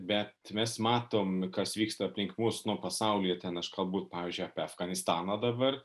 bet mes matom kas vyksta aplink mus nu pasaulyje ten aš kalbu pavyzdžiui apie afganistaną dabar